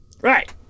right